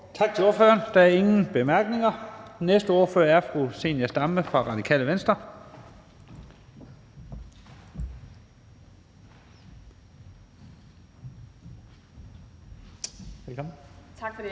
Tak til ordføreren. Der er ingen korte bemærkninger. Den næste ordfører er fru Zenia Stampe, Radikale Venstre. Velkommen. Kl.